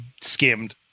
skimmed